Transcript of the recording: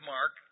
Mark